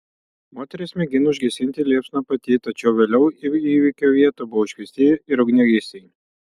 moteris mėgino užgesinti liepsną pati tačiau vėliau į įvykio vietą buvo iškviesti ir ugniagesiai